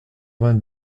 vingt